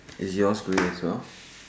is yours grey as well